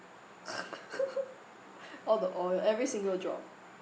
all the oil every single drop